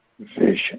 vision